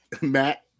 Matt